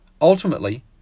Ultimately